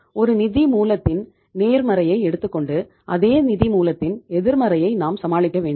ஒரு நிதி மூலத்தின் நேர்மறையை எடுத்துக்கொண்டு அதே நிதி மூலத்தின் எதிர்மறையை நாம் சமாளிக்க வேண்டும்